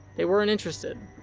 they weren't interested.